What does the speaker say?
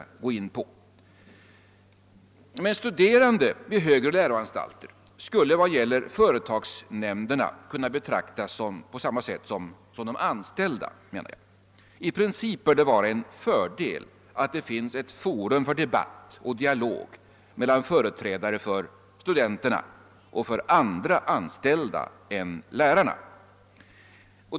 Jag menar att de studerande vid högre läroanstalter skulle, när det gäller företagsnämnderna, på sätt och vis kunna betraktas på samma sätt som de anställda. I princip bör det vara en fördel att det finns ett forum för debatt och dialog mellan företrädare för studenterna och för andra anställda än lärarna.